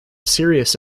serious